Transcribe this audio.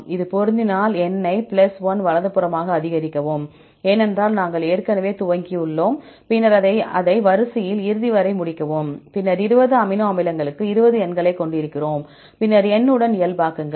இது பொருந்தினால் எண்ணை 1 வலதுபுறமாக அதிகரிக்கவும் ஏனென்றால் நாங்கள் ஏற்கனவே துவக்கியுள்ளோம் பின்னர் அதை வரிசையின் இறுதி வரை முடிக்கவும் பின்னர் 20 அமினோ அமிலங்களுக்கு 20 எண்களைக் கொண்டிருக்கிறோம் பின்னர் n உடன் இயல்பாக்குங்கள்